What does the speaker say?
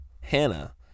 Hannah